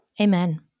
Amen